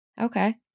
Okay